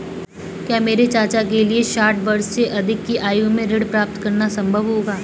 क्या मेरे चाचा के लिए साठ वर्ष से अधिक की आयु में ऋण प्राप्त करना संभव होगा?